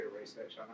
research